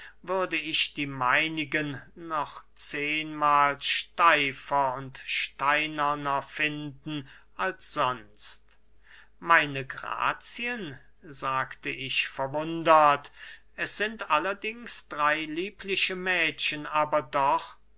würde ich die meinigen noch zehnmahl steifer und steinerner finden als sonst meine grazien sagte ich verwundert es sind allerdings drey liebliche mädchen aber doch